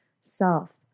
self